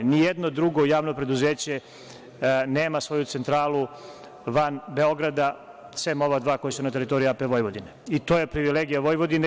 Nijedno drugo javno preduzeće nema svoju centralu van Beograda, sem ova dva koja su na teritoriji APV, to je privilegija Vojvodine.